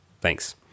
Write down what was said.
Thanks